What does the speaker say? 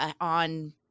on